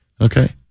okay